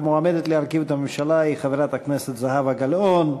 המועמדת להרכיב את הממשלה היא חברת הכנסת זהבה גלאון.